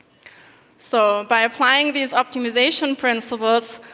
so by applying these optimisation principles,